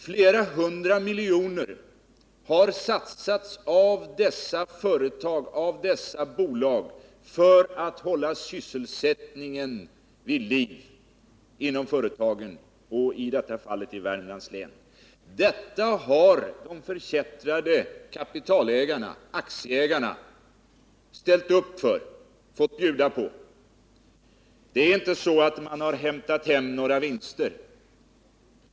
Flera hundra miljoner har satsats av dessa företag och av dessa bolag för att hålla sysselsättningen vid liv inom företagen — i detta fall i Värmlands län. Detta har de förkättrade kapitalägarna, aktieägarna, ställt upp med och bjudit på. Det är inte så att man hämtat hem några vinster.